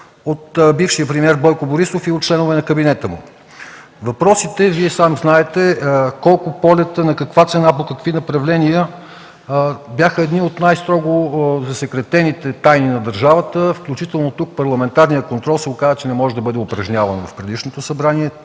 от бившия премиер Бойко Борисов и от членове на кабинета му. Въпросите, Вие сам знаете: колко полета, на каква цена, по какви направления, бяха едни от най-строго засекретените тайни на държавата. Включително тук се оказа, че парламентарният контрол не може да бъде упражняван. В предишното Събрание